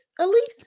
Elise